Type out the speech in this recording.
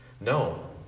No